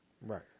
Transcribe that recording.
right